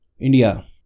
India